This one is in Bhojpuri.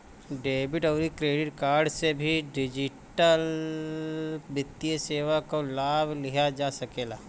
डेबिट अउरी क्रेडिट कार्ड से भी डिजिटल वित्तीय सेवा कअ लाभ लिहल जा सकेला